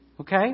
Okay